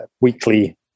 weekly